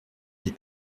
des